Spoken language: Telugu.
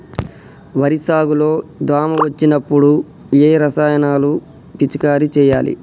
వరి సాగు లో దోమ వచ్చినప్పుడు ఏ రసాయనాలు పిచికారీ చేయాలి?